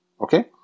okay